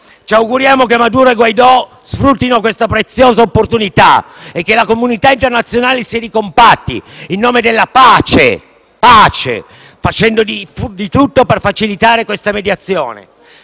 Ci auguriamo che Maduro e Guaidó sfruttino questa preziosa opportunità e che la comunità internazionale si ricompatti in nome della pace, facendo di tutto per facilitare la mediazione.